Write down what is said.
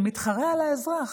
מתחרים על האזרח.